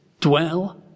dwell